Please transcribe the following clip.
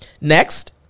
Next